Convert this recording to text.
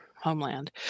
Homeland